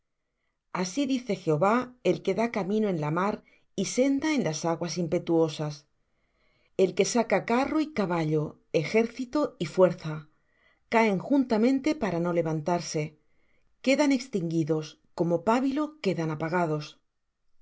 así dice jehová el que da camino en la mar y senda en las aguas impetuosas el que saca carro y caballo ejército y fuerza caen juntamente para no levantarse quedan extinguidos como pábilo quedan apagados